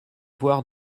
voir